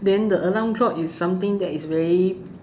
then the alarm clock is something that is very